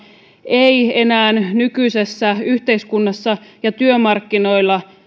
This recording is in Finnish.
ei enää nykyisessä yhteiskunnassa ja työmarkkinoilla